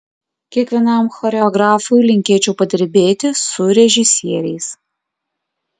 kiekvienam choreografui linkėčiau padirbėti su režisieriais